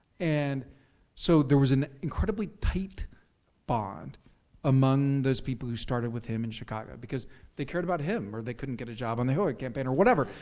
and so there was an incredibly tight bond among those people who started with him in chicago, because they cared about him or they couldn't get a job on the hilary campaign, or whatever.